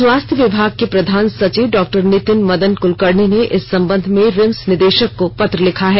स्वास्थ्य विभाग के प्रधान सचिव डॉ नितिन मदन कुलकर्णी ने इस संबंध में रिम्स निदेशक को पत्र लिखा है